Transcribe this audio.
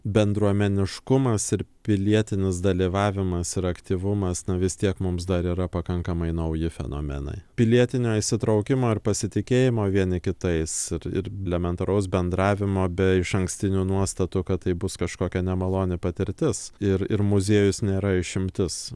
bendruomeniškumas ir pilietinis dalyvavimas ir aktyvumas na vis tiek mums dar yra pakankamai nauji fenomenai pilietinio įsitraukimo ir pasitikėjimo vieni kitais ir elementaraus bendravimo be išankstinių nuostatų kad tai bus kažkokia nemaloni patirtis ir ir muziejus nėra išimtis